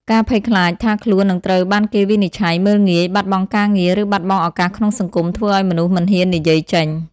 ការភ័យខ្លាចថាខ្លួននឹងត្រូវបានគេវិនិច្ឆ័យ មើលងាយ បាត់បង់ការងារ ឬបាត់បង់ឱកាសក្នុងសង្គម ធ្វើឱ្យមនុស្សមិនហ៊ាននិយាយចេញ។